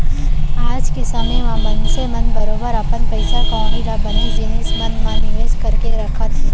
आज के समे म मनसे मन बरोबर अपन पइसा कौड़ी ल बनेच जिनिस मन म निवेस करके रखत हें